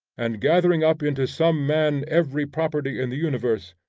and gathering up into some man every property in the universe,